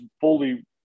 fully